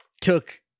took